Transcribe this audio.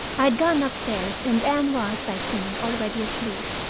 i had gone upstairs, and anne was, i think, already asleep.